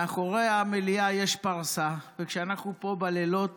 מאחורי המליאה יש פרסה, וכשאנחנו פה בלילות